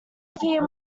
appear